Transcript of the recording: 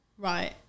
Right